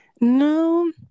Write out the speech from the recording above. No